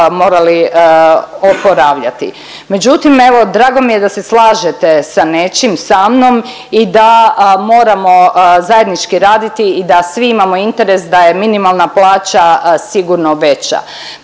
morali oporavljati. Međutim, evo drago mi je da se slažete sa nečim sa mnom i da moramo zajednički raditi i da svi imamo interes da je minimalna plaća sigurno veća.